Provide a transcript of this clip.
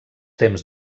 temps